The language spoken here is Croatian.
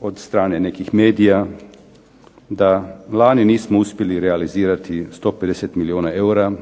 od strane nekih medija, da lani nismo uspjeli realizirati 150 milijuna eura